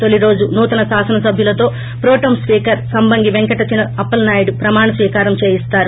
తోలిరోజు నూతన శాసనసభ్యులతో pro tem speaker Sambangi Venkata Chinna Appalanaidu ప్రమాణ స్వీకారం చేయిస్తారు